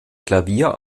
klavier